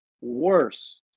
Worse